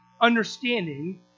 understanding